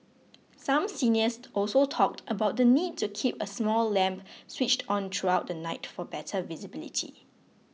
some seniors also talked about the need to keep a small lamp switched on throughout the night for better visibility